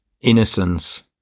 innocence